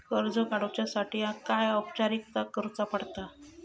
कर्ज काडुच्यासाठी काय औपचारिकता करुचा पडता?